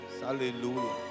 hallelujah